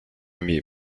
emmy